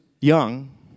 young